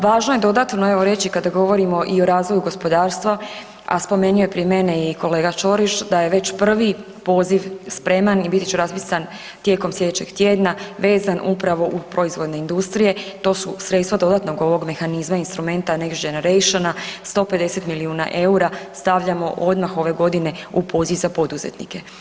Važno je dodatno evo reći kada govorimo i o razvoju gospodarstva, a spomenuo je prije mene i kolega Ćorić, da je već prvi poziv spreman i biti će raspisan tijekom slijedećeg tjedna, vezan upravo u proizvodne industrije, to su sredstva dodatnog ovog mehanizma instrumenta … [[Govornik se ne razumije]] 150 milijuna EUR-a stavljamo odmah ove godine u poziv za poduzetnike.